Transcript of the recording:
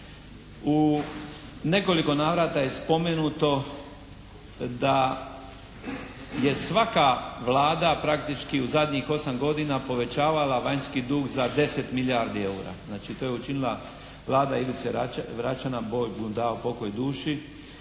U nekoliko navrata je spomenuto da je svaka Vlada praktički u zadnjih 8 godina povećavala vanjski dug za 10 milijardi EUR-a. Znači to je učinila Vlada Ivice Račana, Bog mu dao pokoj duši,